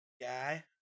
Guy